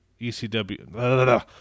ECW